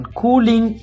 cooling